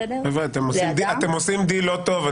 אתם עושים דיל לא טוב.